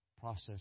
process